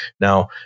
now